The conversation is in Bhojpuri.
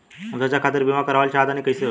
हम शिक्षा खातिर बीमा करावल चाहऽ तनि कइसे होई?